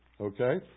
Okay